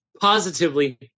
positively